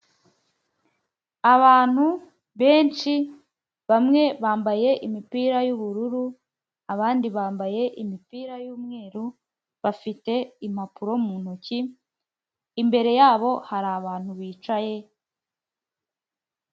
Abantu benshi bamwe bambaye imipira y'ubururu abandi bambaye imipira yumweru, bafite impapuro mu ntoki imbere yabo hari abantu bicaye.